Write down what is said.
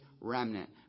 remnant